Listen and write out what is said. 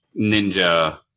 Ninja